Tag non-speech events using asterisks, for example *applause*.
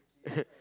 *laughs*